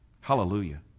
Hallelujah